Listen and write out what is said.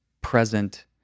present